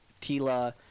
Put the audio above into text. Tila